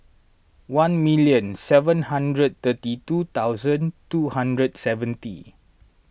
one million seven hundred thirty two thousand two hundred seventy